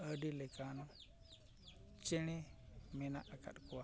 ᱟᱹᱰᱤ ᱞᱮᱠᱟᱱ ᱪᱮᱬᱮ ᱢᱮᱱᱟᱜ ᱟᱠᱟᱫ ᱠᱚᱣᱟ